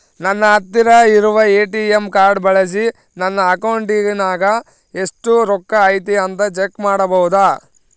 ನನ್ನ ಹತ್ತಿರ ಇರುವ ಎ.ಟಿ.ಎಂ ಕಾರ್ಡ್ ಬಳಿಸಿ ನನ್ನ ಅಕೌಂಟಿನಾಗ ಎಷ್ಟು ರೊಕ್ಕ ಐತಿ ಅಂತಾ ಚೆಕ್ ಮಾಡಬಹುದಾ?